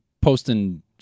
posting